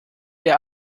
der